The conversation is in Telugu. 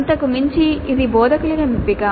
అంతకు మించి ఇది బోధకుల ఎంపిక